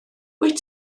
wyt